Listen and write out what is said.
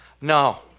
No